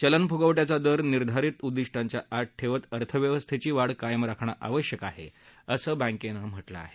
चलनफुगव िज्ञाचा दर निर्धारित उद्दिष्टाच्या आत ठेवत अर्थव्यवस्थेची वाढ कायम राखणं आवश्यक आहे असं रिझर्व्ह बँकेनं म्हा में आहे